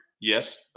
Yes